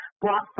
brought